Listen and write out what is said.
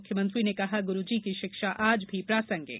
मुख्यमंत्री ने कहा गुरूजी की शिक्षा आज भी प्रासंगिक